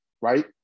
right